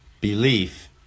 Belief